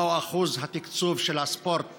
מהו אחוז התקצוב של הספורט